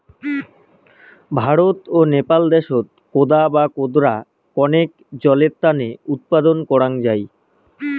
ভারত ও নেপাল দ্যাশত কোদা বা কোদরা কণেক জলের তানে উৎপাদন করাং যাই